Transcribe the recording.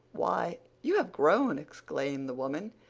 why, you have grown, exclaimed the woman,